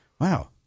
wow